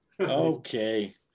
Okay